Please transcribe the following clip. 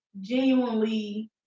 genuinely